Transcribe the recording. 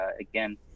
again